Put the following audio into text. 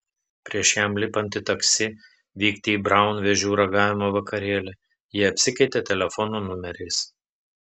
prieš jam lipant į taksi vykti į braun vėžių ragavimo vakarėlį jie apsikeitė telefonų numeriais